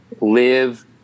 live